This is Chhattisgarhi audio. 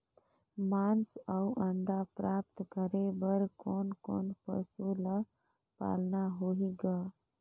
मांस अउ अंडा प्राप्त करे बर कोन कोन पशु ल पालना होही ग?